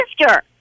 sister